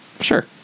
sure